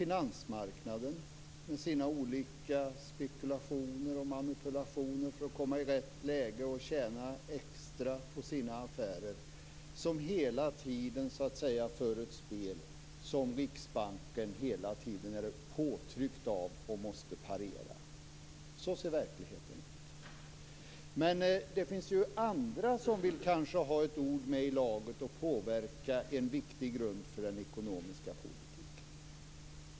Finansmarknaden, med sina olika spekulationer och manipulationer för att komma i rätt läge och tjäna extra på sina affärer, för hela tiden ett spel som Riksbanken hela tiden är påtryckt av och måste parera. Så ser verkligheten ut. Men det finns andra som kanske vill ha ett ord med i laget och påverka denna viktiga grund för den ekonomiska politiken.